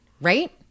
Right